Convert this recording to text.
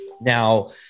Now